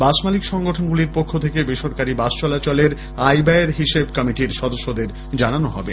বাস মালিক সংগঠনগুলির পক্ষ থেকে বেসরকারী বাস চলাচলের আয় ব্যয়ের হিসেব কমিটির সদস্যদের জানানো হবে